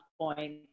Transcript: point